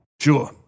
Sure